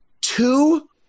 two